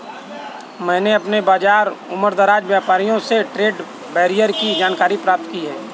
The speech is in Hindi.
मैंने अपने बाज़ार के उमरदराज व्यापारियों से ट्रेड बैरियर की जानकारी प्राप्त की है